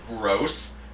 gross